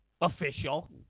official